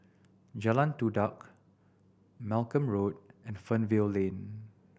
Jalan Todak Malcolm Road and Fernvale Lane